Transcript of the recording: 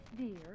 dear